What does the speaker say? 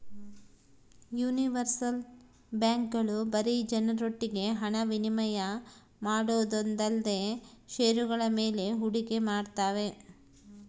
universal ಬ್ಯಾಂಕ್ಗಳು ಬರೀ ಜನರೊಟ್ಟಿಗೆ ಹಣ ವಿನಿಮಯ ಮಾಡೋದೊಂದೇಲ್ದೆ ಷೇರುಗಳ ಮೇಲೆ ಹೂಡಿಕೆ ಮಾಡ್ತಾವೆ